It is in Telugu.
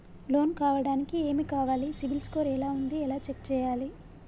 లోన్ కావడానికి ఏమి కావాలి సిబిల్ స్కోర్ ఎలా ఉంది ఎలా చెక్ చేయాలి?